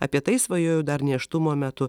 apie tai svajojau dar nėštumo metu